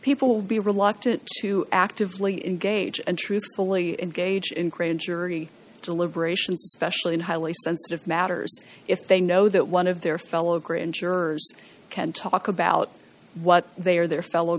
will be reluctant to actively engage and truthfully engage in creating jury deliberations specially in highly sensitive matters if they know that one of their fellow grand jurors can talk about what they or their fellow